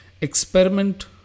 experiment